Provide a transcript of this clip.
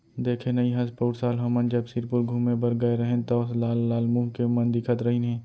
देखे नइ हस पउर साल हमन जब सिरपुर घूमें बर गए रहेन तौ लाल लाल मुंह के मन दिखत रहिन हे